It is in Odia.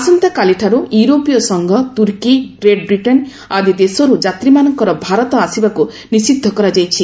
ଆସନ୍ତାକାଲିଠାରୁ ୟୁରୋପୀୟ ସଂଘ ତୁର୍କୀ ଗେଟ୍ ବ୍ରିଟେନ୍ ଆଦି ଦେଶରୁ ଯାତ୍ରୀମାନଙ୍କର ଭାରତ ଆସିବାକୁ ନିଷିଦ୍ଧ କରାଯାଇଛି